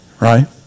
right